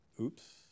oops